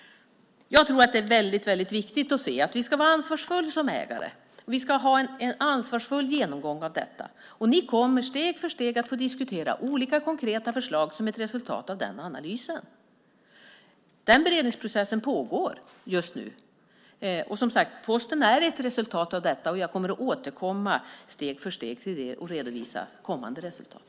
Jag tror att det är väldigt viktigt att se att vi ska vara ansvarsfulla som ägare och att vi ska ha en ansvarsfull genomgång av detta. Ni kommer steg för steg att få diskutera olika konkreta förslag som ett resultat av den analysen. Den beredningsprocessen pågår just nu. Posten är, som sagt, ett resultat av detta. Jag kommer steg för steg att återkomma till det och redovisa kommande resultat.